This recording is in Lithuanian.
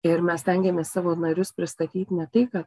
ir mes stengiamės savo narius pristatyt ne tai kad